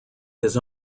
his